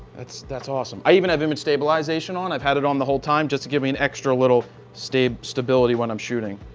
that's that's awesome. i even have image stabilization on. i've had it on the whole time just to give me an extra little stability when i'm shooting.